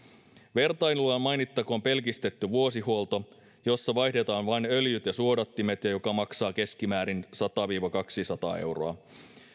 vertailuna mainittakoon pelkistetty vuosihuolto jossa vaihdetaan vain öljyt ja suodattimet ja joka maksaa keskimäärin sata viiva kaksisataa euroa